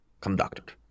conducted